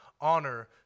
Honor